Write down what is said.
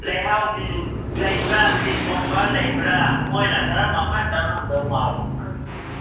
ꯂꯩꯍꯥꯎꯒꯤ ꯂꯩꯕ꯭ꯔꯥ ꯇꯤꯛꯀꯨꯝꯕ ꯂꯩꯕ꯭ꯔꯥ ꯃꯣꯏꯅ ꯈꯔ ꯃꯃꯟ ꯇꯥꯡꯉꯝꯗꯧ ꯃꯥꯜꯂꯤ